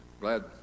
Glad